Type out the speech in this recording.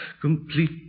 complete